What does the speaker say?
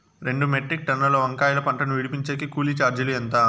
రెండు మెట్రిక్ టన్నుల వంకాయల పంట ను విడిపించేకి కూలీ చార్జీలు ఎంత?